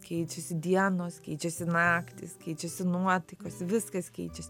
keičiasi dienos keičiasi naktys keičiasi nuotaikos viskas keičias